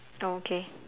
oh okay